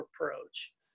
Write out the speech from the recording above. approach